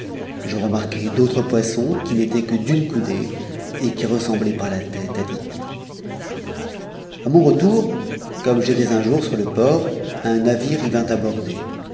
je remarquai d'autres poissons qui n'étaient que d'une coudée et qui ressemblaient par la tête à des hiboux a mon retour comme j'étais un jour sur le port un navire y vint aborder